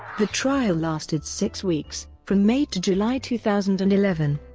the trial lasted six weeks, from may to july two thousand and eleven.